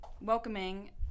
Welcoming